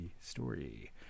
story